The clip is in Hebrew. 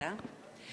תודה.